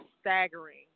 staggering